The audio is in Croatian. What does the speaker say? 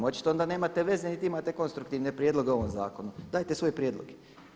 Očito onda nemate veze niti imate konstruktivne prijedloge o ovom zakonu, dajte svoje prijedloge.